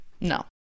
No